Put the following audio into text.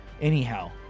anyhow